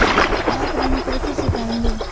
आप ऋण कैसे चुकाएंगे?